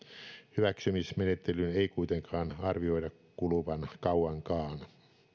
hyväksymismenettelyyn ei kuitenkaan arvioida kuluvan kauankaan